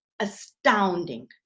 astounding